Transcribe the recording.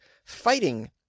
...fighting